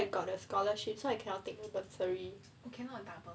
because because I got scholarship so you cannot take bursary